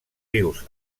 rius